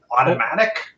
automatic